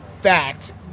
fact